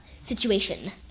situation